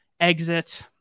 exit